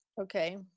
okay